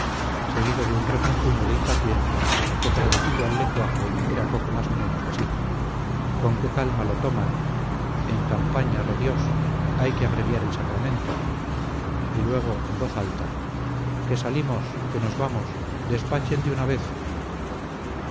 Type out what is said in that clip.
seguido de un refunfuño de impaciencia que traducido al lenguaje era poco más o menos así con qué calma lo toman en campaña rediós hay que abreviar el sacramento y luego en voz alta que salimos que nos vamos despachen de una vez